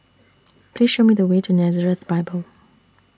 Please Show Me The Way to Nazareth Bible